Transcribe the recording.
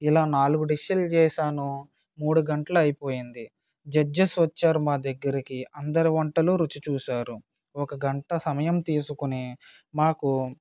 ఇలా నాలుగు డిష్షులు చేసాను మూడు గంటలు అయిపోయింది జడ్జెస్ వచ్చారు మా దగ్గరకి అందరి వంటలు రుచి చూసారు ఒక గంట సమయం తీసుకుని మాకు